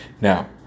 Now